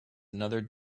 another